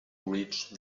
reach